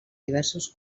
diversos